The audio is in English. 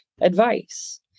advice